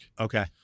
Okay